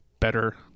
better